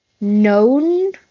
known